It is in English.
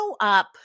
up